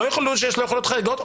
לא ידעו שיש לו יכולות חריגות,